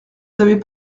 savait